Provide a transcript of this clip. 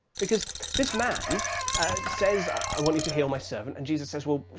because this man says, i want you to heal my servant, and jesus says, well,